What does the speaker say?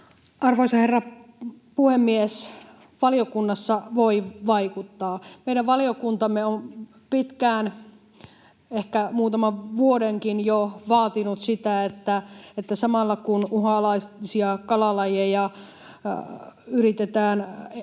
Arvoisa herra puhemies! Valiokunnassa voi vaikuttaa. Meidän valiokuntamme on pitkään, ehkä muutaman vuodenkin jo huomioinut, että samalla kun uhanalaisia kalalajeja yritetään elvyttää